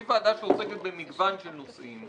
שהיא ועדה שעוסקת במגוון של נושאים.